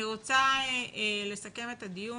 אני רוצה לסכם את הדיון.